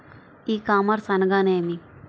ఈ కామర్స్ అనగా నేమి?